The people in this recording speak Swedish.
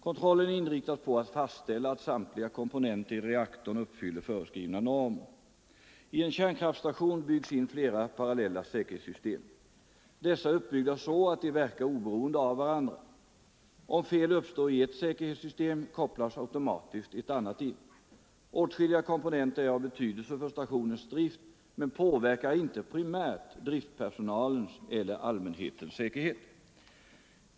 Kontrollen inriktas på att fastställa att samtliga komponenter i reaktorn uppfyller föreskrivna normer. I en kärnkraftstation byggs in flera parallella säkerhetssystem. Dessa är uppbyggda så att de verkar oberoende av varandra. Om fel uppstår i ett säkerhetssystem kopplas automatiskt ett annat in. Åtskilliga kompoenhet, men arbetets inriktning styrs av den betydelse som de enskilda komponenterna har för säkerheten.